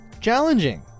challenging